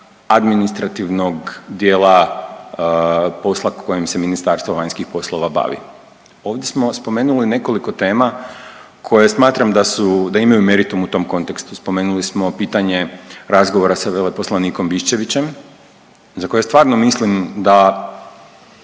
administrativnog dijela posla kojim se Ministarstvo vanjskih poslova bavi. Ovdje smo spomenuli nekoliko tema koje smatram da su, da imaju meritum u tom kontekstu. Spomenuli smo pitanje razgovara sa veleposlanikom Biščevićem za koje stvarno mislim da,